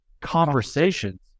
conversations